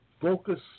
focus